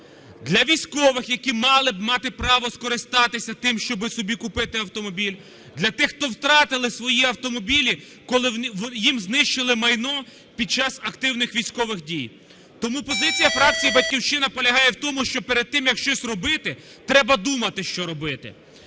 для військових, які мали б мати право скористатися, щоби собі купити автомобіль; для тих, хто втратили свої автомобілі, коли їм знищили майно під час активних військових дій. Тому позиція фракції "Батьківщина" полягає в тому, що перед тим, як щось робити, треба думати, що робити.